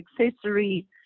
accessory